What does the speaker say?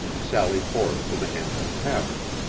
sally forth to the hampton tavern.